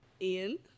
Ian